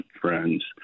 friends